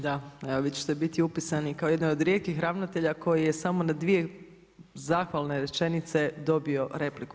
Da, evo vi ćete biti upisani kao jedan od rijetkih ravnatelja koji je samo na dvije zahvalne rečenice dobio repliku.